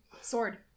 Sword